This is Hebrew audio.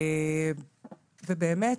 ובאמת,